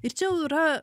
ir čia jau yra